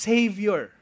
Savior